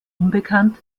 unbekannt